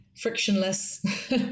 frictionless